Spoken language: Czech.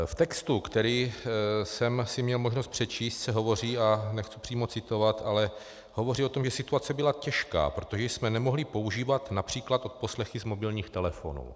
V textu, který jsem si měl možnost přečíst, se hovoří, a nechci přímo citovat, ale hovoří o tom, že situace byla těžká, protože jsme nemohli používat např. odposlechy z mobilních telefonů.